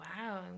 wow